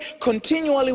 continually